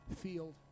field